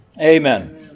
Amen